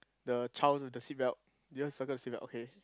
the child with the seat belt did you circle the seat belt okay